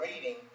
reading